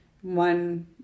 one